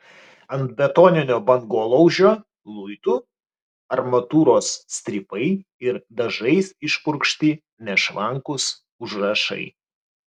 ant betoninio bangolaužio luitų armatūros strypai ir dažais išpurkšti nešvankūs užrašai